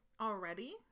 already